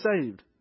saved